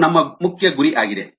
ಇದು ನಮ್ಮ ಮುಖ್ಯ ಗುರಿ ಆಗಿದೆ